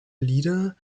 lieder